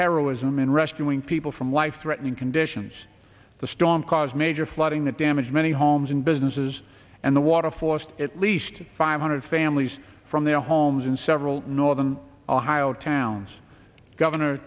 heroism in rescuing people from life threatening conditions the storm caused major flooding that damage many homes and businesses and the water forced at least five hundred families from their homes in several northern ohio towns governor